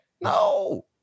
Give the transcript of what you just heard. no